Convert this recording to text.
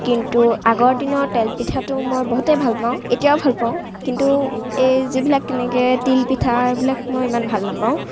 কিন্তু আগৰ দিনৰ তেল পিঠাটো মই বহুতেই ভালপাওঁ এতিয়াও ভালপাওঁ কিন্তু এই যিবিলাক যেনেকৈ তিলপিঠাবিলাক মই ইমান ভাল নাপাওঁ